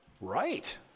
Right